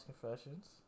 confessions